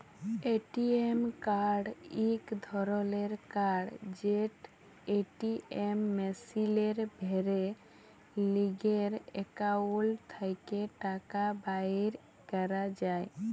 ATM card ইক ধরলের card যেট এটিএম মেশিলে ভ্যরে লিজের একাউল্ট থ্যাকে টাকা বাইর ক্যরা যায়